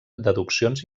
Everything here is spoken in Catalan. deduccions